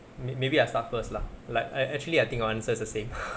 may maybe I start first lah like I I actually I think our answer is the same